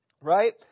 right